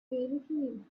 anything